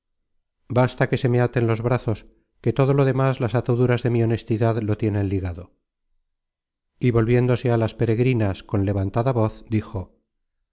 basta que se me aten los brazos que todo lo demas las ataduras de mi honestidad lo tienen ligado y volviéndose á las peregrinas con levantada voz dijo